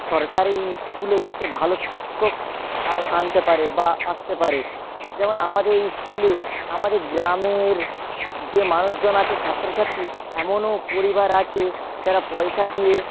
সরকারি ইস্কুলে যাতে ভালো শিক্ষক আনতে পারে বা আসতে পারে যেমন আমাদের ইস্কুলে আমাদের গ্রামের যে মানুষজন আছে ছাত্রছাত্রী এমনও পরিবার আছে যারা পয়সা দিয়ে